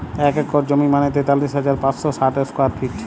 এক একর জমি মানে তেতাল্লিশ হাজার পাঁচশ ষাট স্কোয়ার ফিট